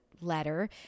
letter